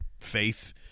faith